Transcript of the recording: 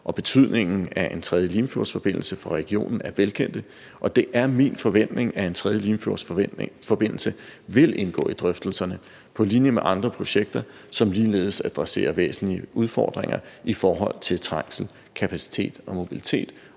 og betydningen af en tredje Limfjordsforbindelse for regionen er velkendte, og det er min forventning, at en tredje Limfjordsforbindelse vil indgå i drøftelserne på linje med andre projekter, som ligeledes adresserer væsentlige udfordringer i forhold til trængsel, kapacitet og mobilitet.